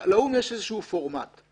לאו"ם יש איזשהו פורמט.